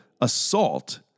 assault